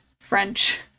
French